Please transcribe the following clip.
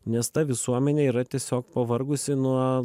nes ta visuomenė yra tiesiog pavargusi nuo